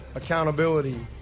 accountability